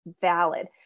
valid